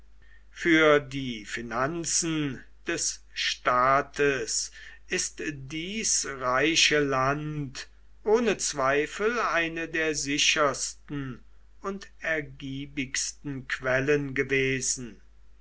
für die finanzen des staates ist dies reiche land ohne zweifel eine der sichersten und ergiebigsten quellen gewesen